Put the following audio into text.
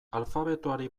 alfabetoari